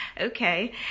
Okay